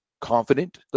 confident